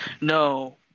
No